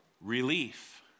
Relief